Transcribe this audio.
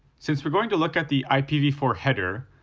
since we're going to look at the i p v four header,